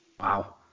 Wow